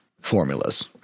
formulas